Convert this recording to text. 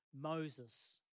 Moses